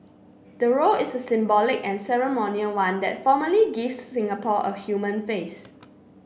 the role is a symbolic and ceremonial one that formally gives Singapore a human face